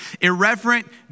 irreverent